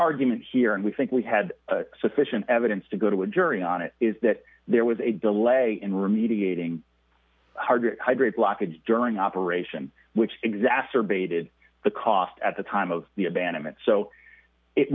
argument here and we think we had sufficient evidence to go to a jury on it is that there was a delay in remediating hard to hydrate blockage during operation which exacerbated the cost at the time of the abandonment so it